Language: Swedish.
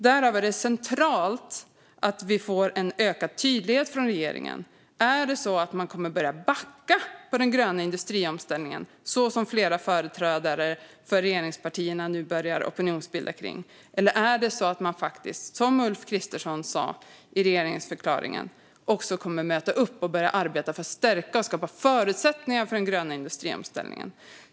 Därför är det centralt att vi får en ökad tydlighet från regeringen: Är det så att man kommer att börja backa på den gröna industriomställningen så som flera företrädare från regeringspartierna nu börjar opinionsbilda kring? Eller är det så att man faktiskt, som Ulf Kristersson sa i regeringsförklaringen, också kommer att möta upp och börja arbeta för att stärka och skapa förutsättningar för den gröna industriomställningen?